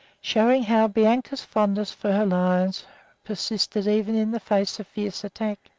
showing how bianca's fondness for her lions persisted even in the face of fierce attack.